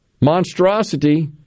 monstrosity